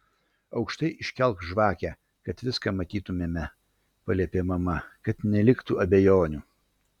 aukštai iškelk žvakę kad viską matytumėme paliepė mama kad neliktų abejonių